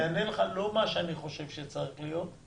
אענה לך לא על מה שאני חושב שצריך להיות,